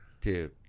Dude